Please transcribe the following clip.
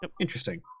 Interesting